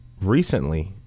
recently